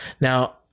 Now